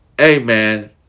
Amen